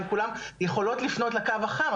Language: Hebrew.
הן כולן יכולות לפנות לקו החם,